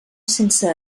sense